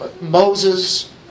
Moses